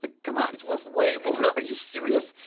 ah come on, it's worth way more. are you serious?